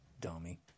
Dummy